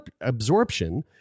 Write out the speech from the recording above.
absorption